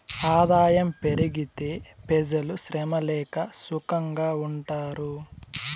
ఆదాయం పెరిగితే పెజలు శ్రమ లేక సుకంగా ఉంటారు